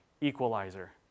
equalizer